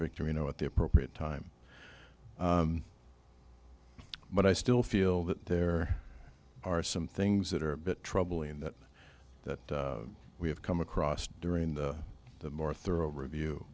victor you know at the appropriate time but i still feel that there are some things that are a bit troubling that that we have come across during the more thorough review